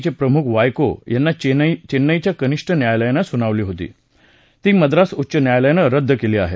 चे प्रमुख वायको यांना चेन्नईच्या कनिष्ठ न्यायालयानं सुनावली होती ती मद्रास उच्च न्यायालयानं रद्द केली आहे